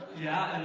yeah,